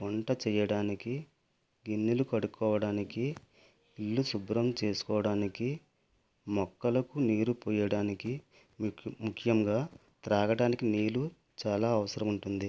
వంట చేయడానికి గిన్నెలు కడుక్కోవడానికి ఇల్లు శుభ్రం చేసుకోవడానికి మొక్కలకు నీరు పోయడానికి ముఖ్యంగా తాగడానికి నీళ్లు చాలా అవసరం ఉంటుంది